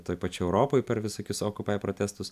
toj pačioj europoj per visokius occupy protestus